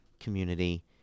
community